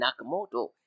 Nakamoto